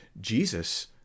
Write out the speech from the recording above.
Jesus